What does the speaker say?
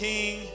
King